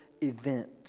event